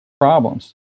problems